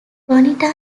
bonita